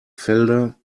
felder